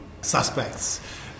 suspects